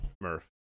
Murph